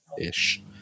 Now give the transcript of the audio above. ish